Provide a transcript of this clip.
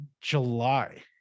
july